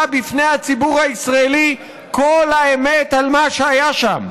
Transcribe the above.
בפני הציבור הישראלי כל האמת על מה שהיה שם.